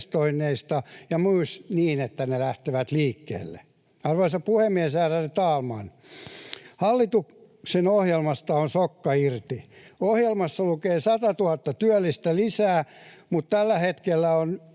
ja että ne lähtevät liikkeelle. Arvoisa puhemies, ärade talman! Hallituksen ohjelmasta on sokka irti. Ohjelmassa lukee 100 000 työllistä lisää, mutta tällä hetkellä on